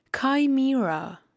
Chimera